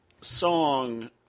song